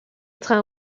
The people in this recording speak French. trains